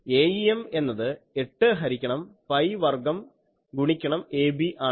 Aem എന്നത് 8 ഹരിക്കണം pi വർഗ്ഗം ഗുണിക്കണം ab ആണ്